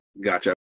Gotcha